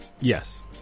Yes